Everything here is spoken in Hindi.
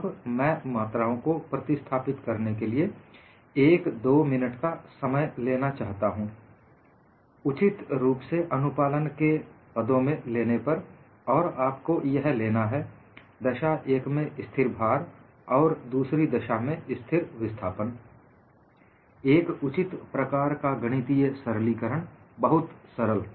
अब मैं मात्राओं को प्रतिस्थापित करने के लिए एक दो मिनट लेना चाहता हूं उचित रूप से अनुपालन के पदों में लेने पर और आपको यह लेना है दशा एक में स्थिर भार और दूसरी दशा में स्थिर विस्थापन एक उचित प्रकार का गणितीय सरलीकरण बहुत सरल